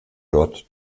dort